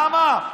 למה?